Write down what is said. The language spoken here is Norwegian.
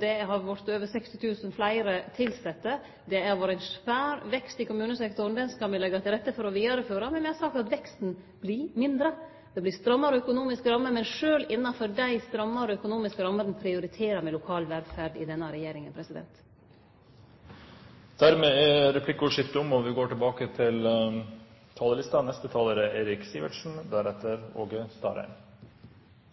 Det har vorte over 60 000 fleire tilsette. Det har vore ein svær vekst i kommunesektoren, han skal me leggje til rette for å vidareføre. Men me har sagt at veksten vert mindre, det vert strammare økonomiske rammer. Men sjølv innanfor dei strammare økonomiske rammene prioriterer denne regjeringa lokal velferd. Replikkordskiftet er omme. For den rød-grønne regjeringen er en sterk og sunn kommuneøkonomi en forutsetning for et godt velferdstilbud i hele landet. Det er